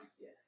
Yes